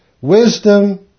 wisdom